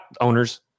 owners